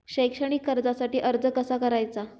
शैक्षणिक कर्जासाठी अर्ज कसा करायचा?